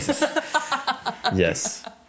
Yes